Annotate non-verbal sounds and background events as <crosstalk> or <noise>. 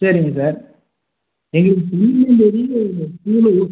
சரிங்க சார் எங்களுக்கு <unintelligible>